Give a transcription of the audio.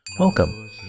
Welcome